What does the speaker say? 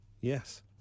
yes